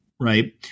right